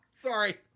Sorry